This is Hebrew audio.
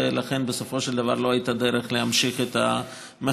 ולכן בסופו של דבר לא הייתה דרך להמשיך את המחקר.